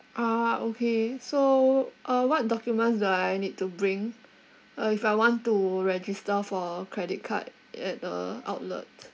ah okay so uh what documents do I need to bring uh if I want to register for a credit card at the outlet